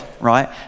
right